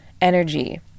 energy